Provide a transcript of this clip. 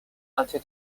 until